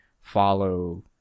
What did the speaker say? follow